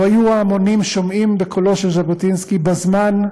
לו היו ההמונים שומעים בקולו של ז'בוטינסקי בזמן,